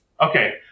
Okay